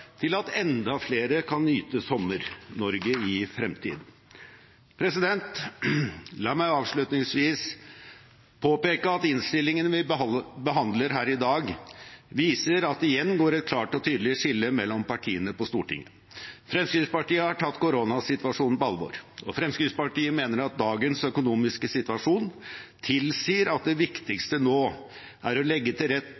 til at enda flere kan nyte Sommer-Norge i fremtiden. La meg avslutningsvis påpeke at innstillingene vi behandler i her i dag, viser at det igjen går et klart og tydelig skille mellom partiene på Stortinget. Fremskrittspartiet har tatt koronasituasjonen på alvor, og Fremskrittspartiet mener at dagens økonomiske situasjon tilsier at det